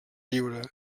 lliure